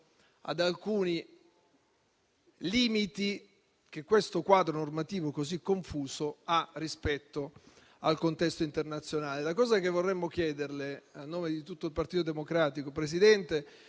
ad alcuni limiti che questo quadro normativo così confuso ha in merito al contesto internazionale. La cosa che vorremmo dirle a nome di tutto il Partito Democratico, Presidente,